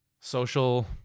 social